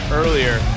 earlier